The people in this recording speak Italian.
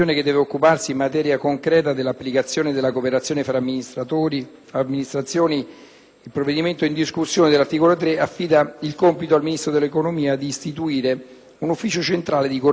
il provvedimento in discussione con l'articolo 3 affida al Ministro dell'economia il compito di istituire un ufficio centrale di coordinamento e di stabilirne le modalità operative specifiche, la composizione e i compiti.